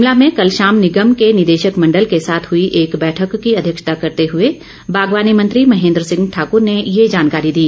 शिमला में कल शाम निगम के निदेशक मण्डल के साथ हुई एक बैठक की अध्यक्षता करते हुए बागवानी मंत्री महेन्द्र सिंह ठाकुर ने ये जानकारी दी